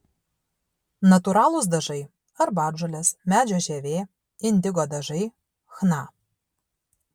natūralūs dažai arbatžolės medžio žievė indigo dažai chna